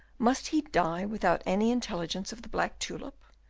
must he die without any intelligence of the black tulip,